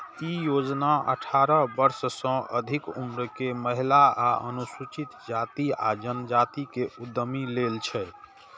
ई योजना अठारह वर्ष सं अधिक उम्र के महिला आ अनुसूचित जाति आ जनजाति के उद्यमी लेल छै